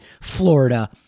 Florida